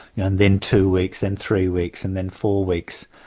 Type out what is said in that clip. and then two weeks, and three weeks, and then four weeks